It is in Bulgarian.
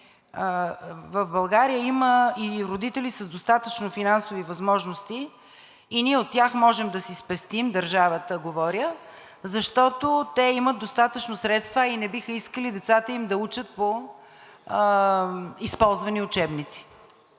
в България има и родители с достатъчно финансови възможности и ние от тях можем да си спестим – за държавата говоря, защото те имат достатъчно средства, а и не биха искали децата им да учат по използвани учебници.